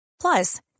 Plus